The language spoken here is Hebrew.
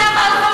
האדי שוויה.